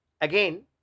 again